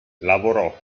lavorò